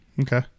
Okay